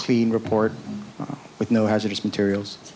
clean report with no hazardous materials